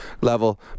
level